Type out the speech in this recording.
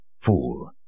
Fool